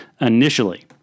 initially